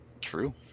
true